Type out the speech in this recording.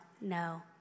no